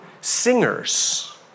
singers